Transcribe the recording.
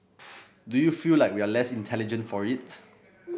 do you feel like we are less intelligent for it